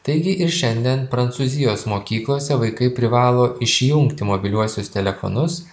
taigi ir šiandien prancūzijos mokyklose vaikai privalo išjungt mobiliuosius telefonus